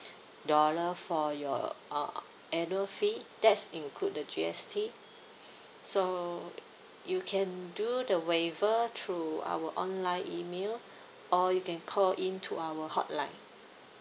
dollar for your uh annual fee that's include the G_S_T so you can do the waiver through our online email or you can call in to our hotline